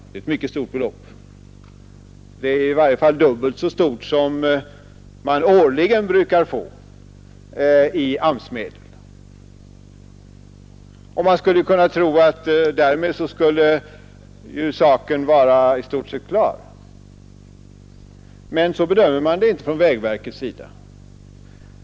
Det är ett mycket stort belopp; det är i varje fall dubbelt så stort som det belopp man årligen brukar få i AMS-medel, och man skulle kunna tro att saken därmed i stort sett skulle vara klar. Men så bedömer man inte detta från vägverkets sida.